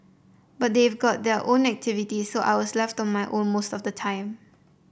but they've got their own activities so I was left on my own most of the time